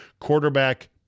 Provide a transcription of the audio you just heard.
quarterback